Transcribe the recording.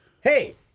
Hey